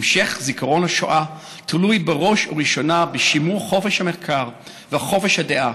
המשך זיכרון השואה תלוי בראש ובראשונה בשימור חופש המחקר וחופש הדעה,